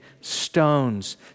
stones